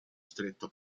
stretto